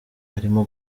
arimo